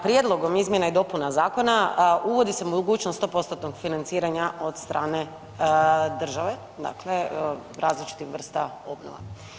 Prijedlogom izmjena i dopuna zakona uvodi se mogućnost 100%-tnog financiranja od strane države, dakle različitih vrsta obnova.